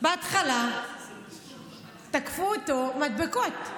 בהתחלה תקפו אותו מדבקות,